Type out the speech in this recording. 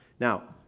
now,